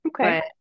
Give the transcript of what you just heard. Okay